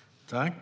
avslutad.